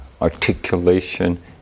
articulation